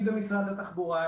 אם זה משרד התחבורה,